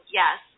yes